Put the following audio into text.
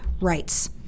rights